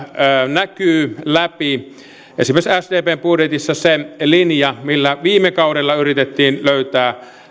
näkyy läpi esimerkiksi sdpn budjetista se linja millä viime kaudella yritettiin löytää